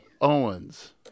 Owens